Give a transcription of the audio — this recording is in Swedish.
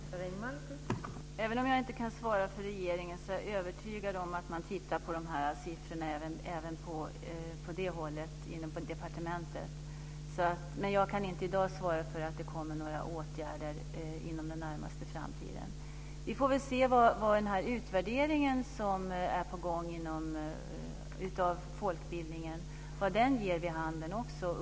Fru talman! Även om jag inte kan svara för regeringen är jag övertygad om att man även på departementet tittar på siffrorna. Jag kan inte i dag svara på om det kommer några åtgärder inom den närmaste framtiden. Vi får se vad den utvärdering av folkbildningen som är på gång ger vid handen.